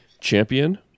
champion